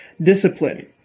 discipline